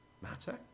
matter